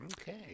Okay